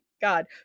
God